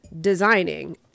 designing